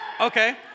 Okay